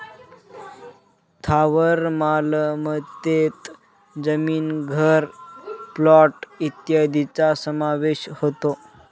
स्थावर मालमत्तेत जमीन, घर, प्लॉट इत्यादींचा समावेश होतो